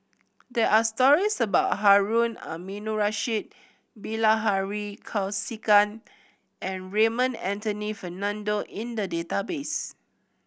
there are stories about Harun Aminurrashid Bilahari Kausikan and Raymond Anthony Fernando in the database